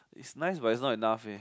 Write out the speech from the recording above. is nice but is not enough leh